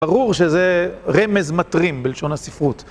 ברור שזה רמז מטרים, בלשון הספרות.